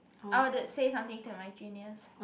I would say something to my juniors